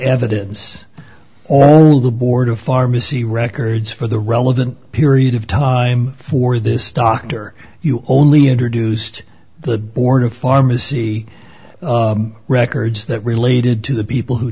evidence all the board of pharmacy records for the relevant period of time for this doctor you only introduced the born of pharmacy records that related to the people who